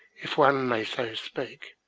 if one may so speak,